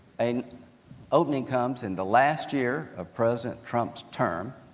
an opening comes in the last year of president trumps term